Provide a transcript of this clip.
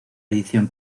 edición